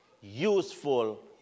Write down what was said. useful